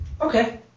Okay